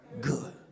good